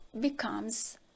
becomes